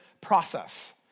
process